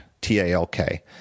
T-A-L-K